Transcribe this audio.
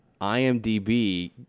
IMDB